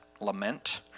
lament